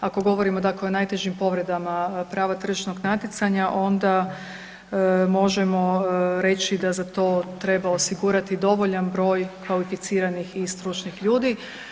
Ako govorimo dakle o najtežim povredama prava tržišnog natjecanja onda možemo reći da za to treba osigurati dovoljan broj kvalificiranih i stručnih ljudi.